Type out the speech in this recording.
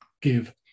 give